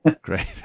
Great